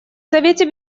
совете